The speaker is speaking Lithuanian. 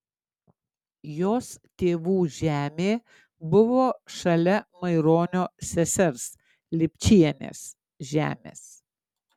jos tėvų žemė buvo šalia maironio sesers lipčienės žemės